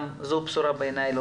זו בשורה טובה בעיני.